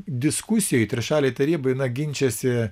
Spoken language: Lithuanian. diskusijoj trišalėj taryboj na ginčijasi